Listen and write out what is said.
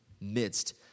midst